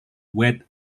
wet